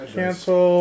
cancel